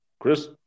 Chris